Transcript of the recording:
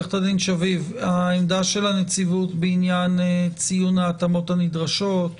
העמדה של הנציבות בעניין ציון ההתאמות הנדרשות,